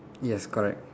yes correct